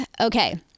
Okay